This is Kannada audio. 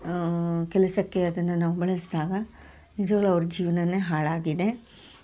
ಕೆಲಸಕ್ಕೆ ಅದನ್ನು ನಾವು ಬಳಸಿದಾಗ ನಿಜವಾಗ್ಲೂ ಅವ್ರ ಜೀವನನೇ ಹಾಳಾಗಿದೆ